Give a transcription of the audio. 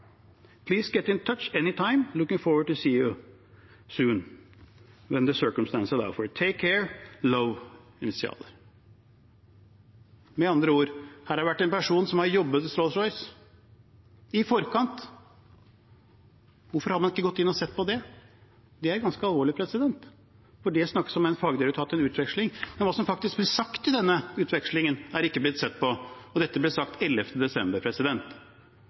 time. Looking forward to seeing you too as soon as circumstances allow for it. Take care. Love, Med andre ord: Her har det vært en person som har jobbet i Rolls-Royce i forkant. Hvorfor har man ikke gått inn og sett på det? Det er ganske alvorlig, for det snakkes om en fagdirektør og en utveksling, men hva som faktisk blir sagt i denne utvekslingen, er ikke blitt sett på, og dette ble sagt 11. desember.